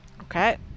Okay